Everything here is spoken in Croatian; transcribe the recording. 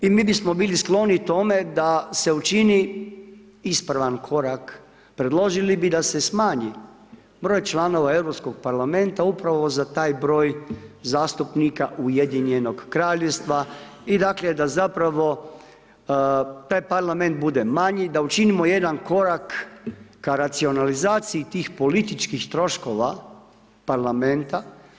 I mi bismo bili skloni tome da se učini ispravan korak, predložili bi da se smanji broj članova Europskog parlamenta upravo za taj broj zastupnika Ujedinjenog Kraljevstva i da dakle da zapravo taj Parlament bude manji, da učinimo jedan korak ka racionalizaciji tih političkih troškova Parlamenta.